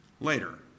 later